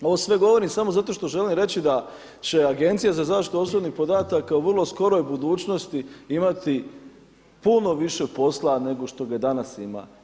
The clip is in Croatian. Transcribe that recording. Ovo sve govorim samo zato što želim reći da će Agencija za zaštitu osobnih podataka u vrlo skoroj budućnosti imati puno više posla nego što ga danas ima.